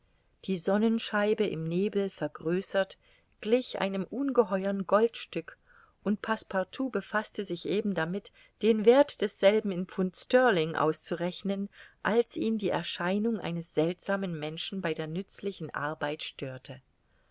die sonnenscheibe im nebel vergrößert glich einem ungeheuern goldstück und passepartout befaßte sich eben damit den werth desselben in pfund sterling auszurechnen als ihn die erscheinung eines seltsamen menschen bei der nützlichen arbeit störte